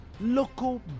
Local